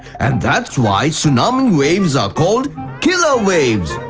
and that's why, tsunami waves are called killer waves.